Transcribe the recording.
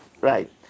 Right